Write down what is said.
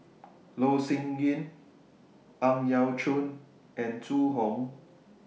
Loh Sin Yun Ang Yau Choon and Zhu Hong